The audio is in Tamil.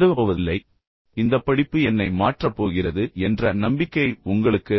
நீங்கள் நம்பிக்கையை வளர்த்துக் கொள்ள வேண்டும் சரி இந்தப் படிப்பு என்னை மாற்றப் போகிறது என்ற நம்பிக்கை உங்களுக்கு